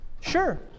Sure